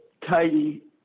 Katie